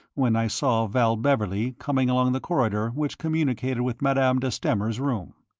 when i saw val beverley coming along the corridor which communicated with madame de stamer's room.